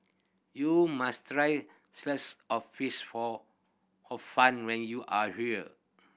you must sliced or fish for a fun when you are here